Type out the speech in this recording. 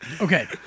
Okay